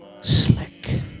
Slick